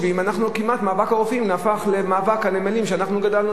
מאבק הרופאים נהפך כמעט למאבק הנמלים שאנחנו גדלנו עליו,